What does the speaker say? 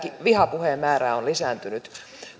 vihapuheen määrä on lisääntynyt